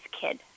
kid